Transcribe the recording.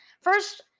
First